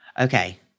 Okay